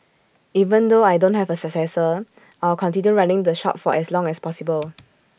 even though I don't have A successor I'll continue running the shop for as long as possible